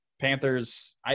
Panthers –